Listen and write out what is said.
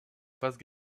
fasse